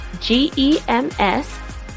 G-E-M-S